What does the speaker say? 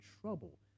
trouble